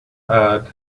add